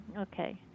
Okay